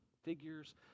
figures